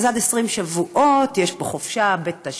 אז עד 20 שבועות יש פה חופשה בתשלום